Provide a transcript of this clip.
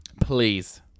Please